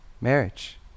marriage